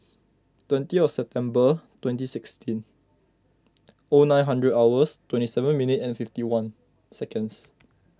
twentieth September twenty sixteen O nine hundred hours twenty seven minute and fifty one seconds